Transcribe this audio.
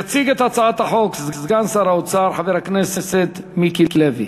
יציג את הצעת החוק סגן שר האוצר חבר הכנסת מיקי לוי.